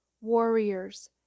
Warriors